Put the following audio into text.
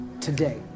today